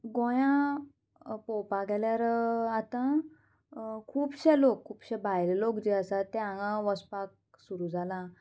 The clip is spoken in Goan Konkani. गोंया पोवपाक गेल्यार आतां खुबशे लोक खुबशे भायले लोक जे आसा ते हांगा वचपाक सुरू जाला